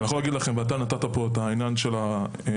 אתה נתת פה לדוגמה את עניין המגמות.